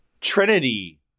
Trinity